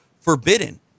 forbidden